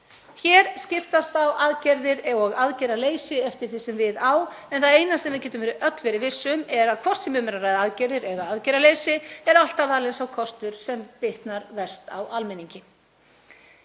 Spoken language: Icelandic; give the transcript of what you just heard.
Hér skiptast á aðgerðir og aðgerðaleysi, eftir því sem við á, en það eina sem við getum öll verið viss um er að hvort sem um er að ræða aðgerðir eða aðgerðaleysi er alltaf valinn sá kostur sem bitnar verst á almenningi.